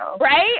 Right